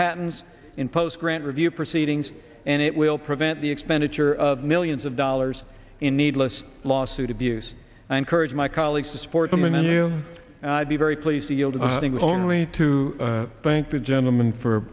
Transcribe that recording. patents in post grant review proceedings and it will prevent the expenditure of millions of dollars in needless lawsuit abuse i encourage my colleagues to support them and then you would be very pleased to yield only to thank the gentleman for